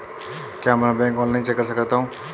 क्या मैं अपना बैंक बैलेंस ऑनलाइन चेक कर सकता हूँ?